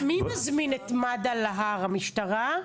מי מזמין את מד"א להר, המשטרה?